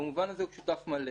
במובן הזה הוא שותף מלא